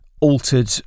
altered